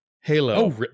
Halo